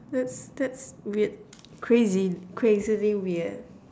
that's that's weird crazy crazily weird